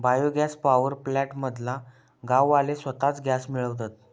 bio gas power plant मधना गाववाले स्वताच गॅस मिळवतत